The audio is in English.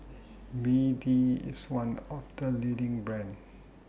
B D IS one of The leading brands